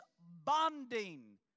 bonding